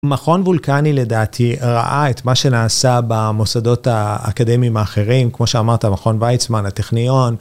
מכון וולקני לדעתי ראה את מה שנעשה במוסדות האקדמיים האחרים, כמו שאמרת מכון ויצמן, הטכניון.